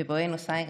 בבואנוס איירס,